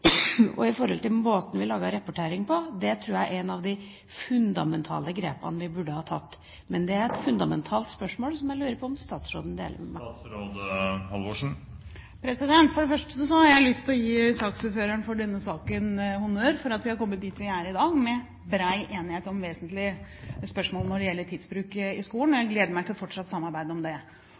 og i forhold til måten vi lager rapporter på, tror jeg er et av de fundamentale grepene vi burde ha tatt. Det er et fundamentalt spørsmål som jeg lurer på om statsråden deler med meg. For det første har jeg lyst til å gi saksordføreren for denne saken honnør for at vi er kommet dit vi er i dag, med bred enighet om vesentlige spørsmål når det gjelder tidsbruk i skolen, og jeg gleder meg til fortsatt å samarbeide om det.